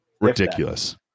ridiculous